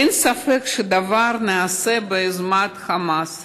אין ספק שהדבר נעשה ביוזמת חמאס.